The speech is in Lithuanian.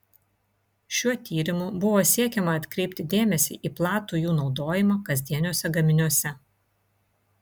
šiuo tyrimu buvo siekiama atkreipti dėmesį į platų jų naudojimą kasdieniuose gaminiuose